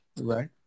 Right